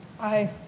Aye